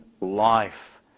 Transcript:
life